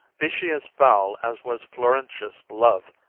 be she as foul as was florentius' love,